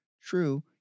True